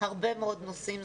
הרבה מאוד נושאים.